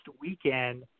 weekend –